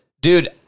Dude